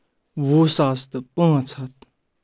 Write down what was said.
وُہ ساس تہٕ پانٛژھ ہَتھ